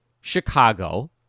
Chicago